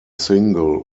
single